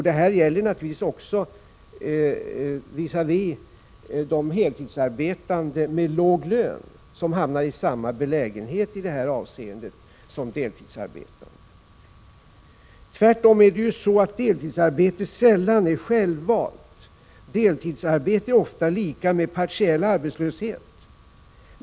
Detta gäller naturligtvis också visavi de heltidsarbetande med låg lön, som i detta avseende hamnar i samma belägenhet som deltidsarbetande. Deltidsarbete är sällan självvalt. Deltidsarbete är ofta lika med partiell arbetslöshet.